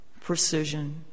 precision